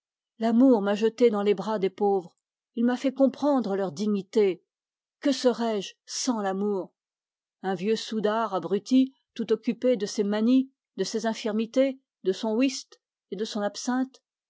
l'amour m'a jeté dans les bras des pauvres il m'a fait comprendre leur dignité que serais-je sans l'amour un vieux soudard tout occupé de ses manies de ses infirmités de son whist et de son absinthe